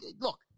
look